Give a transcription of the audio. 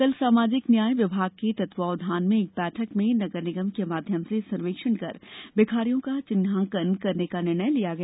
कल सामाजिक न्याय विभाग के तत्वावधान में एक बैठक में नगर निगम के माध्यम से सर्वेक्षण कर भिखारियों का चिन्हांकन करने का निर्णय लिया गया